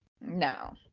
No